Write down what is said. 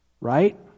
Right